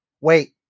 Wait